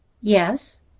Yes